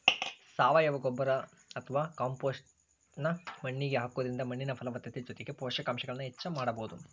ಸಾವಯವ ಗೊಬ್ಬರ ಅತ್ವಾ ಕಾಂಪೋಸ್ಟ್ ನ್ನ ಮಣ್ಣಿಗೆ ಹಾಕೋದ್ರಿಂದ ಮಣ್ಣಿನ ಫಲವತ್ತತೆ ಜೊತೆಗೆ ಪೋಷಕಾಂಶಗಳನ್ನ ಹೆಚ್ಚ ಮಾಡಬೋದು